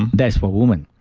that's for woman.